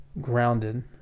grounded